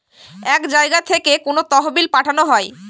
এক জায়গা থেকে কোনো তহবিল পাঠানো হয়